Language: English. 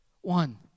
One